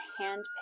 handpicked